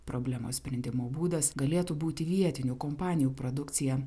problemos sprendimo būdas galėtų būti vietinių kompanijų produkcija